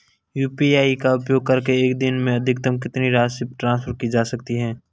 UPI का उपयोग करके एक दिन में अधिकतम कितनी राशि ट्रांसफर की जा सकती है?